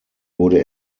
wurde